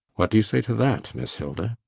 what do you say to that, miss hilda?